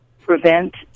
prevent